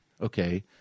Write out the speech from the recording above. okay